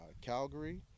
Calgary